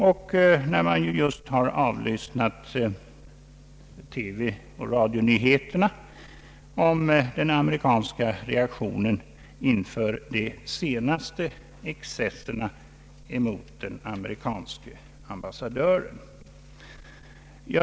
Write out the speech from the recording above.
Jag har också just avlyssnat TV och radionyheterna om den amerikanska reaktionen inför de senaste excesserna mot den amerikanske ambassadören.